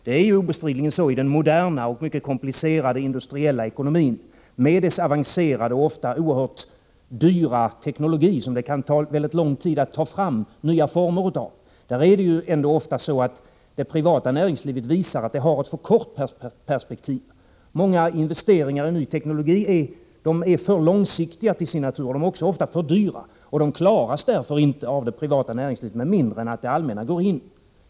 Det är ju obestridligen så att i den moderna och mycket komplicerade industriella ekonomin med dess avancerade och ofta oerhört dyra teknologi, som det tar mycket lång tid att ta fram nya former av, har det privata näringslivet ofta ett alltför kort perspektiv. Många investeringar i ny teknologi är för långsiktiga till sin natur. De är också ofta för dyra, och de klaras därför inte av det privata näringslivet med mindre än att det allmänna går in.